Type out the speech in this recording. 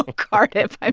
ah cardiff. i'm